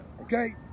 Okay